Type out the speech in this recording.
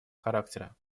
характера